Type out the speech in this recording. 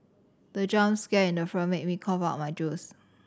the jump scare in the film made me cough out my juice